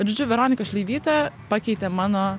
žodžiu veronika šleivytė pakeitė mano